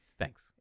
Thanks